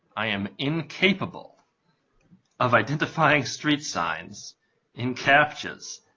i am incapable of identifying street signs in captchas.